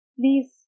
please